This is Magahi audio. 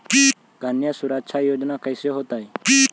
कन्या सुरक्षा योजना कैसे होतै?